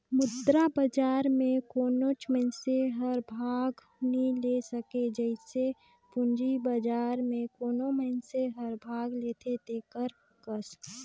मुद्रा बजार में कोनोच मइनसे हर भाग नी ले सके जइसे पूंजी बजार में कोनो मइनसे हर भाग लेथे तेकर कस